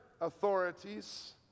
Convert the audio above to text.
authorities